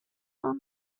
آنرا